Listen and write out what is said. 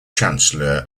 chancellor